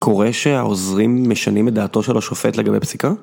קורה שהעוזרים משנים את דעתו של השופט לגבי פסיקה?